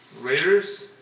Raiders